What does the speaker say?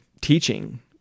teaching